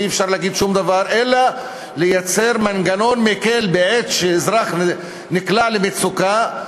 ואי-אפשר להגיד שום דבר אלא לייצר מנגנון מקל בעת שאזרח נקלע למצוקה,